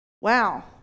Wow